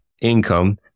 income